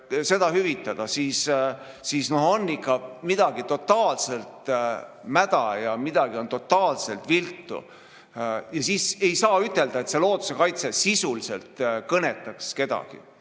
seda hüvitada. Aga midagi on ikka totaalselt mäda ja midagi on totaalselt viltu. Ja siis ei saa ütelda, et see looduse kaitse sisuliselt kõnetaks kedagi.